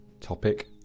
Topic